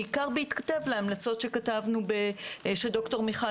בעיקר בהתכתב להמלצות שכתבנו שד"ר מיכל